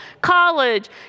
college